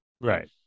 Right